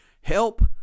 help